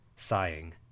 sighing